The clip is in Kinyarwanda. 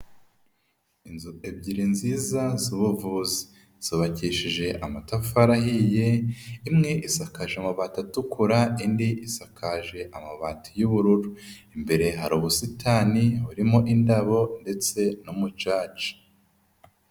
Inzu ebyiri nziza z'ubuvuzi. Zubakishije amatafari ahiye, imwe isakaje amabati atukura indi isakaje amabati y'ubururu, imbere hari ubusitani burimo indabo ndetse n'umucaca.